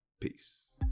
Peace